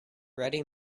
ready